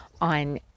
on